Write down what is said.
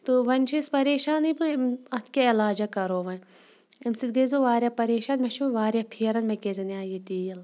تہٕ وۄنۍ چھِ أسۍ پریشانٕے بہٕ اَتھ کیٛاہ علاجہ کَرو وۄنۍ اَمہِ سۭتۍ گٔیَس بہٕ واریاہ پریشان مےٚ چھُ واریاہ پھیران مےٚ کیٛازِ انیو یہِ تیٖل